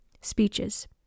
speeches